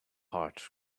heart